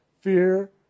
fear